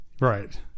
Right